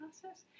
process